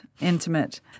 intimate